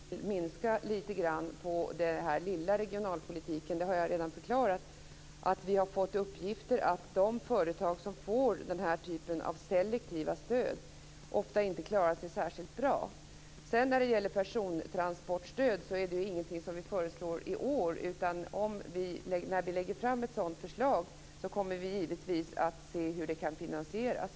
Fru talman! Varför vi vill minska lite på den lilla regionalpolitiken har jag redan förklarat. Vi har fått uppgifter att de företag som får den typen av selektiva stöd ofta inte klarar sig särskilt bra. När det sedan gäller persontransportstöd är det ingenting som vi föreslår i år, men när vi lägger fram ett sådant förslag kommer vi givetvis att se hur det kan finansieras.